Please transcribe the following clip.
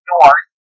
North